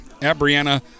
Abrianna